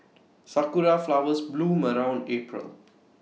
Sakura Flowers bloom around April